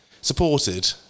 supported